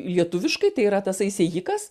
lietuviškai tai yra tasai sėjikas